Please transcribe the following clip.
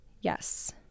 yes